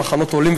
"המחנות העולים",